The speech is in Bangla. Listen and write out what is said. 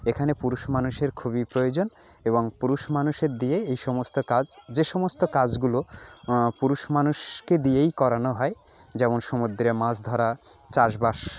এখানে পুরুষ মানুষের খুবই প্রয়োজন এবং পুরুষ মানুষের দিয়েই এই সমস্ত কাজ যে সমস্ত কাজগুলো পুরুষ মানুষকে দিয়েই করানো হয় যেমন সমুদ্রে মাছ ধরা চাষ বাস